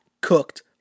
cooked